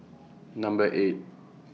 Number eight